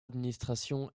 administration